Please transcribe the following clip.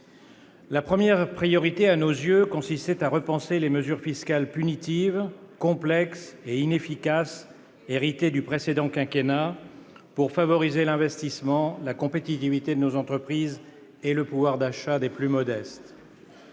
La première priorité, à nos yeux, consistait à repenser les mesures fiscales punitives, complexes et inefficaces héritées du précédent quinquennat, pour favoriser l'investissement, la compétitivité de nos entreprises et le pouvoir d'achat des plus modestes.